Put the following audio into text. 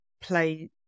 play